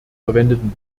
verwendeten